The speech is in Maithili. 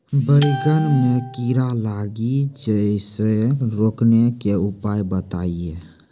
बैंगन मे कीड़ा लागि जैसे रोकने के उपाय बताइए?